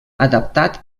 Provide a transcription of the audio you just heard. adaptat